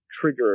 trigger